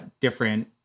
different